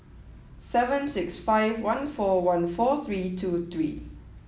seven six five one four one four three two three